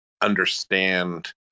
understand